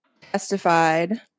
testified